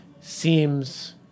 seems